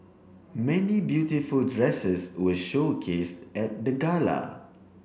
many beautiful dresses were showcase at the gala